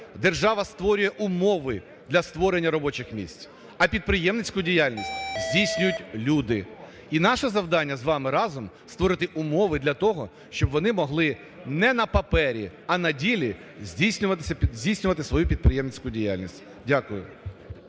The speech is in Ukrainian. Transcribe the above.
Держава створює умови для створення робочих місць, а підприємницьку діяльність здійснюють люди. І наше завдання з вами разом – створити умови для того, щоб вони могли не на папері, а на ділі здійснювати свою підприємницьку діяльність. Дякую.